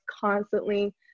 constantly